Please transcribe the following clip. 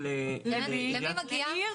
יש כבר היום קישור לאתר אד"י.